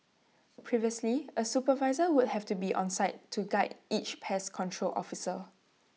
previously A supervisor would have to be on site to guide each pest control officer